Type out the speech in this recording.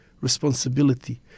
responsibility